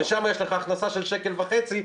ושם יש לך הכנסה של שקל וחצי,